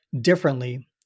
differently